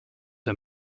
der